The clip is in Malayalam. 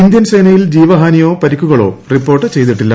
ഇന്ത്യൻ സേനയിൽ ജീപ്പൂഫർനിയോ പരിക്കുകളോ റിപ്പോർട്ട് ചെയ്തിട്ടില്ല